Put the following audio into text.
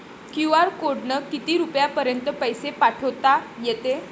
QR कोडनं किती रुपयापर्यंत पैसे पाठोता येते?